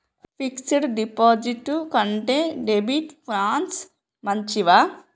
Fix డ్ డిపాజిట్ల కంటే డెబిట్ ఫండ్స్ మంచివా?